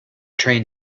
train